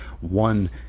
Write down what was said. one